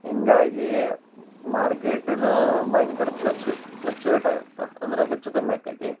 ಹಿಂಗಾಗಿ ಮಾರ್ಕೇಟಿನೂ ಭಯಂಕರ ಪ್ಲಚ್ಚು ಪ್ಲಕ್ಚುವೇಟ್ ಆಗತ್ತೆ ಅಂದ್ರೆ ಹೆಚ್ಚು ಕಮ್ಮಿ ಆಕ್ಕೈತಿ